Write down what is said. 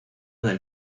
del